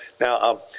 now